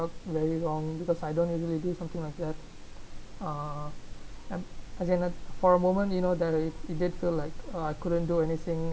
very long because I don't really do something like that uh m~ as in like for a moment you know that I did feel like I couldn't do anything